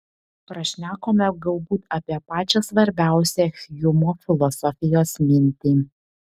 prašnekome galbūt apie pačią svarbiausią hjumo filosofijos mintį